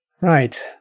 Right